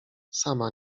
sama